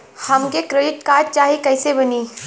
हमके credit card चाही कैसे बनी?